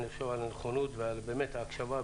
על הנכונות ובאמת על ההקשבה,